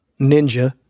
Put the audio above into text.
ninja